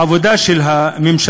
העבודה של הממשלה,